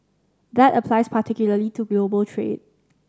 that applies particularly to global trade